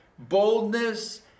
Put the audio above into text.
boldness